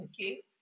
Okay